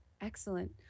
Excellent